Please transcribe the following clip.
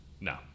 No